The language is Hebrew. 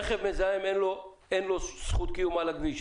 רכב מזהם אין לו זכות קיום על הכביש,